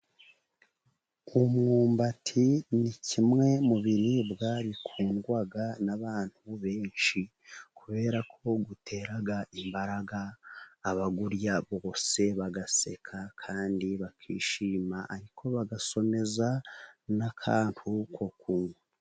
umwumbati ni kimwe mu biribwa bikundwa n'abantu benshi. kubera ko itera imbaraga, abayirya bose bagaseka kandi bakishima, ariko bagasomeza n'akantu ko kunwa.